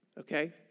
Okay